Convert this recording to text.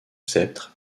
sceptre